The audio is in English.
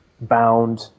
bound